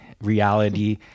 reality